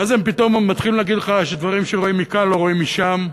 ואז הם פתאום מתחילים להגיד לך שדברים שרואים מכאן לא רואים משם?